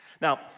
Now